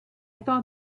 thought